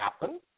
happen